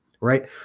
Right